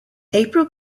april